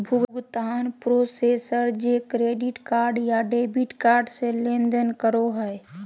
भुगतान प्रोसेसर जे credit card या डेबिट कार्ड से लेनदेन करो हइ